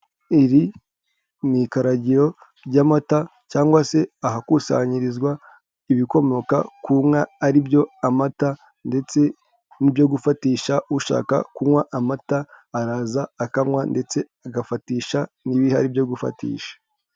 Iri n'ikaragiro by'amata cyangwa se ahakusanyirizwa ibikomoka ku nka ari byo amata, ndetse n'ibyo gufatisha ushaka kunywa amata araza akanywa ndetse agafatisha n'ibihari byo gufatisha.